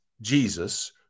Jesus